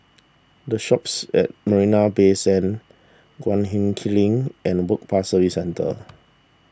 the shops at Marina Bay Sands Guan him Kiln and Work Pass Services Centre